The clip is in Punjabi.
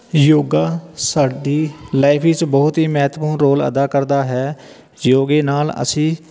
ਯੋਗਾ ਸਾਡੀ ਲਾਈਫ 'ਚ ਬਹੁਤ ਹੀ ਮਹੱਤਵਪੂਰਨ ਰੋਲ ਅਦਾ ਕਰਦਾ ਹੈ ਯੋਗੇ ਨਾਲ ਅਸੀਂ